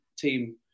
Team